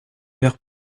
verres